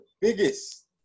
biggest